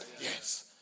Yes